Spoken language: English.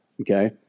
Okay